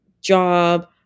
job